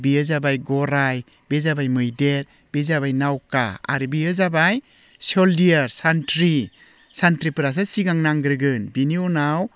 बियो जाबाय गराइ बे जाबाय मैदेर बे जाबाय नावखा आरो बेयो जाबाय सलजोर्स सान्थ्रि सानथ्रिफोरासो सिगांग्रोनांगोन बिनि उनाव